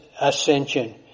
ascension